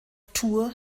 tour